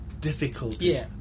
difficulties